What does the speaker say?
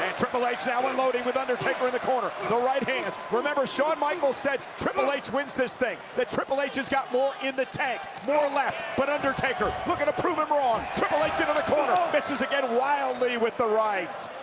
triple h now unloading with undertaker in the corner, the right hands. remember shawn michaels said triple h wins this thing, that triple h has got more in the tank, more left. but undertaker, looking to prove him wrong. triple h into the corner, misses again wildly with the rights.